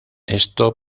esto